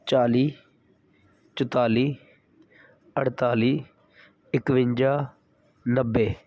ਚਾਲੀ ਚੁਤਾਲੀ ਅਠਤਾਲੀ ਇਕਵੰਜਾ ਨੱਬੇ